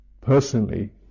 personally